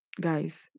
guys